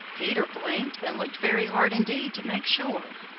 peter blinked and looked very hard indeed to make sure.